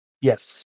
Yes